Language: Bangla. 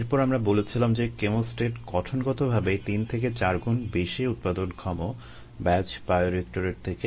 এরপর আমরা বলেছিলাম যে কেমোস্ট্যাট গঠনগতভাবেই তিন থেকে চারগুণ বেশি উৎপাদনক্ষম ব্যাচ বায়োরিয়েক্টরের থেকে